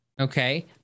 okay